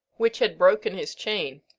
which had broken his chain,